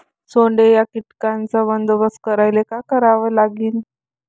सोंडे या कीटकांचा बंदोबस्त करायले का करावं लागीन?